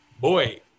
boy